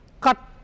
cut